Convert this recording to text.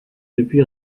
depuis